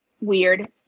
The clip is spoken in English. weird